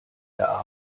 der